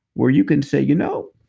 where you can say, you know,